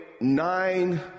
nine